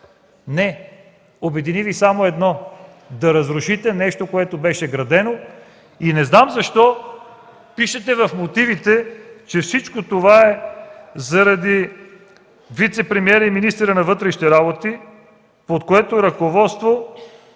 Не! Обедини Ви само едно: да разрушите нещо градено. Не знам защо пишете в мотивите, че всичко това е заради вицепремиера и министъра на вътрешните работи, под чието ръководство